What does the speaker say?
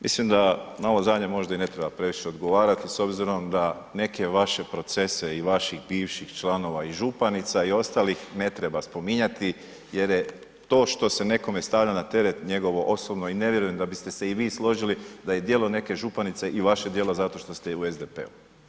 Mislim da na ovo zadnje možda i ne treba previše odgovarati s obzirom da neke vaše procese i vaših bivših članova i županica i ostalih ne treba spominjati jer je to što se nekome stavlja na teret njegovo osobno i ne vjerujem da biste se i vi složili da je djelo neke županice i vaše djelo zato što ste u SDP-u.